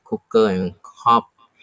cooker and hob